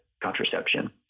contraception